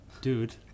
dude